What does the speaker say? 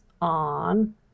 on